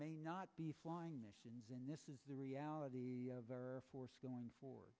may not be flying missions in this is the reality of our force going for